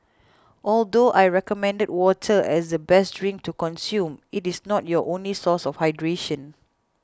although I recommend water as the best drink to consume it is not your only source of hydration